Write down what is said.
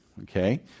Okay